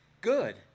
good